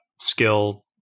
skill